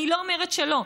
אני לא אומרת שלא,